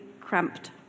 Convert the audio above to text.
cramped